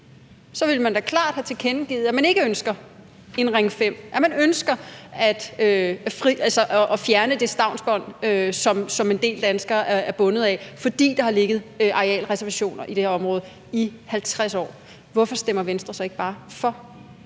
Så ville man da klart have tilkendegivet, at man ikke ønsker en Ring 5, men at man ønsker at fjerne det stavnsbånd, som en del danskere er bundet af, fordi der har ligget arealreservationer i det her område i 50 år. Hvorfor stemmer Venstre så ikke bare for?